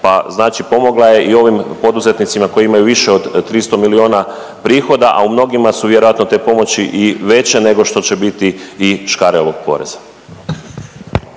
pa znači pomogla je i ovim poduzetnicima koji imaju više od 300 milijuna prihoda, a u mnogima su vjerojatno te pomoći i veće nego što će biti i škare ovog poreza.